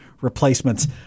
replacements